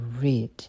read